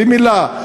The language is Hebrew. במילה.